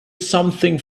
something